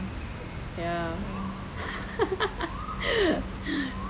ya